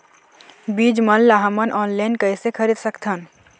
बीज मन ला हमन ऑनलाइन कइसे खरीद सकथन?